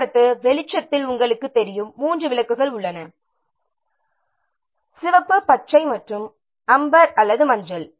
போக்குவரத்து வெளிச்சத்தில் உங்களுக்குத் தெரியும் மூன்று விளக்குகள் உள்ளன சிவப்பு பச்சை மற்றும் அம்பர் அல்லது மஞ்சள்